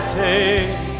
take